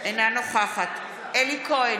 אינה נוכחת אלי כהן,